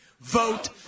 vote